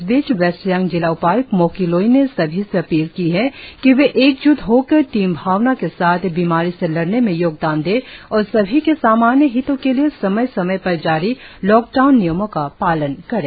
इस बीच वेस्ट सियांग जिला उपाय्क्त मोकी लोई ने सभी से अपील की है कि वे एकज्ट होकर टीम भावना के साथ बीमारी से लड़ने में योगदान दे और सभी के सामान्य हितों के लिए समय समय पर जारी लॉकडाउन नियमों का पालन करे